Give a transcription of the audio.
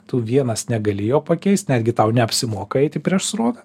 tu vienas negali jo pakeist netgi tau neapsimoka eiti prieš srovę